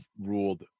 ruled